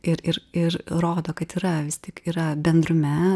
ir ir ir rodo kad yra vis tik yra bendrume